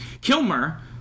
Kilmer